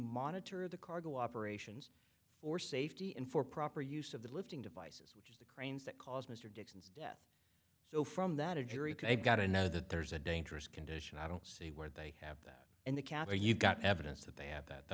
monitor the cargo operations for safety and for proper use of the lifting devices which is the cranes that cause mr jackson's death so from that a jury got to know that there's a dangerous condition i don't see where they have that in the cafe you've got evidence that they have that the